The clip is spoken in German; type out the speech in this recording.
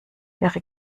wäre